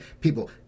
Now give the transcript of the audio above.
people